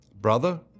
brother